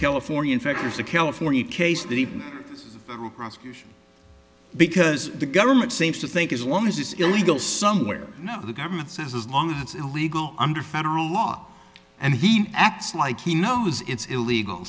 california in fact there's a california case the prosecution because the government seems to think as long as it's illegal somewhere now the government says as long as it's illegal under federal law and he acts like he knows it's illegal